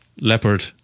Leopard